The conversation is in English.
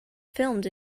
filmed